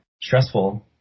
stressful